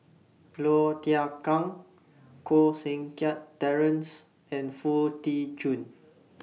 Low Thia Khiang Koh Seng Kiat Terence and Foo Tee Jun